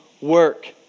work